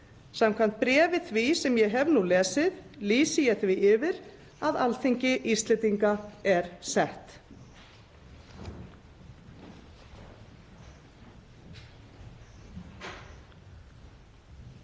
Samkvæmt bréfi því sem ég hef nú lesið lýsi ég því yfir að Alþingi Íslendinga er sett.